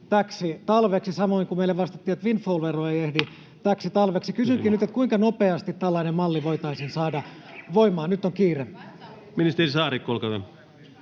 täksi talveksi, samoin kuin meille vastattiin, että windfall-vero ei ehdi täksi talveksi. Kysynkin nyt: kuinka nopeasti tällainen malli voitaisiin saada voimaan? Nyt on kiire. Ministeri Saarikko, olkaa hyvä.